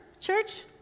church